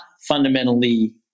fundamentally